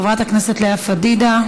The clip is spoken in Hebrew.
חברת הכנסת לאה פדידה,